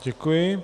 Děkuji.